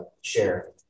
share